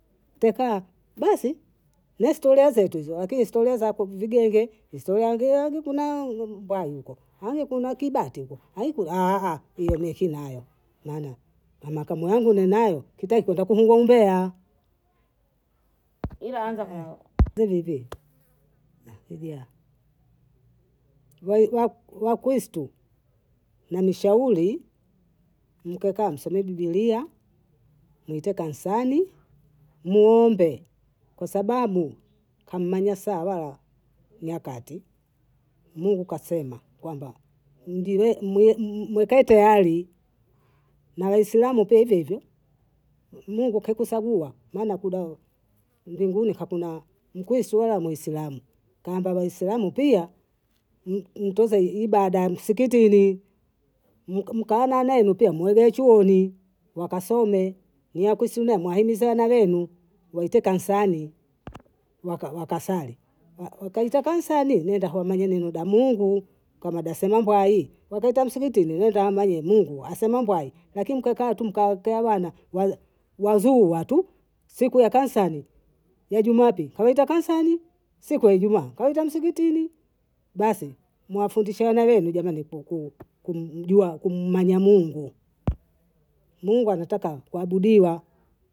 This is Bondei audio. Tekaa basi ndo historia zetu hizo lakini historia zaku vigenge, historia geagi tunai mbwai huko, haya kuna kibati huko au kuna anhaah!! hiyo mi sina hayo maana mana kama nvu ninayo kitaki kwenda kuzungwa mbeya. ila anza kwa hivivi hivya wakristu menishauri nikakaa nsome Biblia, nite kansani, mwoombe kwa sababu kammanya sawawa nakati Mungu kasema kwamba ndiwe mle- mme- meketeyari, na waislamu pia hivyo hivyo Mungu kekusagua maana kuda mbwinguni hakuna mkristu wala muislamu, kwamba waislamu pia m- mtunze ibaada msikitini mkaananaenu pia muelee chuoni wakasome niwakusimama ahimizana wenu waite kansani waka wakasali waka kaita kansani nenda hwa mwenye minida Mungu kamada sema mbwai. wakaita msikitini wenda amanye Mungu asema mbwai lakini mkakaa tu mkautea wana wa- wazuura tu siku ya kansani ya jumapili kawaita kansani, siku ya ijumaa kawaita msikitini, basi muwafundishe wana wenu jameni ku- kum- kumjua kummanya Mungu, Mungu anataka kuabudiwa.